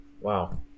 Wow